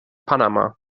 panama